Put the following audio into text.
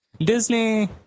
Disney